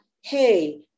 Hey